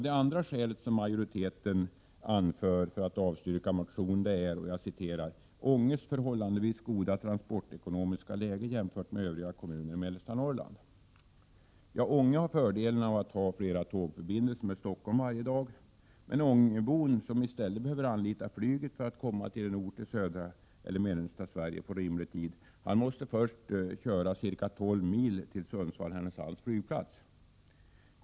Det andra skälet som majoriteten anför för att avstyrka motionen är ”Ånges förhållandevis goda transportekonomiska läge, jämfört med andra kommuner i mellersta Norrland”. Ja, Ånge har fördelen att ha flera tågförbindelser med Stockholm varje dag. Men om ångebon i stället behöver anlita flyget för att komma till en ort i södra eller mellersta Sverige på rimlig tid, måste han först köra bil ca 12 mil till Sundsvall/Härnösands flygplats.